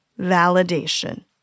Validation